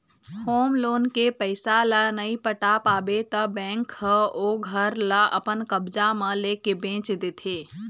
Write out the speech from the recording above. home loan के पइसा ल नइ पटा पाबे त बेंक ह ओ घर ल अपन कब्जा म लेके बेंच देथे